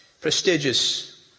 prestigious